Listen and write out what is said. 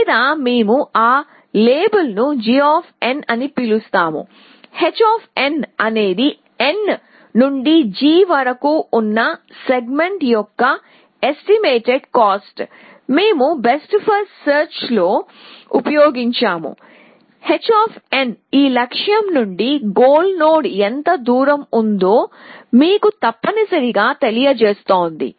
లేదా మేము ఆ లేబుల్ను g అని పిలుస్తాము h అనేది n నుండి g వరకు ఉన్న సెగ్మెంట్ యొక్క ఎస్టిమేటేడ్ కాస్ట్ మేము బెస్ట్ ఫస్ట్ సెర్చ్ లో ఉపయోగించాము h ఈ లక్ష్యం నుండి గోల్ నోడ్ ఎంత దూరం ఉందో మీకు తప్పనిసరిగా తెలియజేస్తుంది